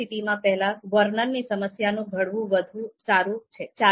આવી સ્થિતિમાં પહેલા વર્ણનની સમસ્યાનું ઘડવું વધુ સારું છે